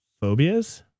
phobias